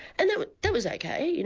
and that that was okay, you know